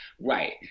right